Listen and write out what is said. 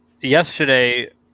yesterday